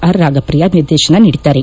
R Ragapriya ನಿರ್ದೇಶನ ನೀಡಿದ್ದಾರೆ